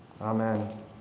Amen